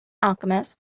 alchemist